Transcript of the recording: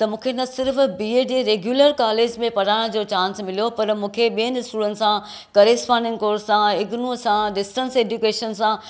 त मूंखे न सिर्फ़ु बीए जे रेगुलर कालेज में पढ़ाइण जो चांस मिलियो पर मूंखे ॿियनि स्टूडेंट्स सां करेसपोंडेंस कोर्स सां इगनूअ सां डिस्टटेंस एजुकेशन सां